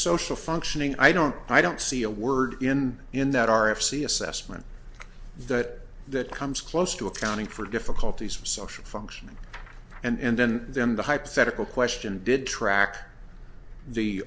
social functioning i don't i don't see a word in in that r f c assessment that that comes close to accounting for the difficulties of social functioning and then then the hypothetical question did track the